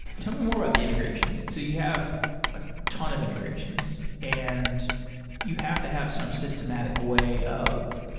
tell me more about the integrations. so you have a ton of integrations and you have to have some systematic way of